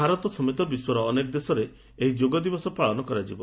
ଭାରତ ସମେତ ବିଶ୍ୱର ଅନେକ ଦେଶରେ ଏହି ଯୋଗ ଦିବସ ପାଳନ କରାଯିବ